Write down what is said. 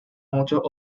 muchos